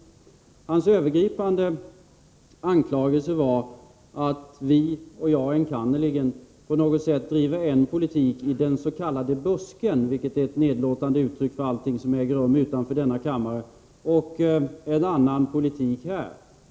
Sture Ericsons övergripande anklagelse var att vi — och enkannerligen jag — på något sätt driver en politik i den s.k. busken — vilket är ett nedlåtande uttryck för allt som äger rum utanför denna kammare — och en annan politik här.